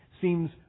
seems